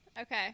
Okay